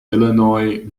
illinois